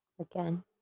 again